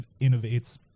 innovates